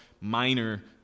minor